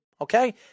Okay